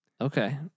Okay